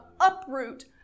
uproot